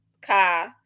Kai